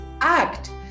act